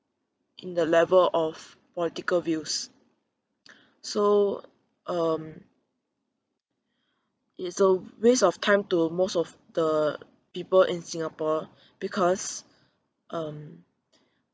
in the level of political views so um it's a waste of time to most of the people in singapore because um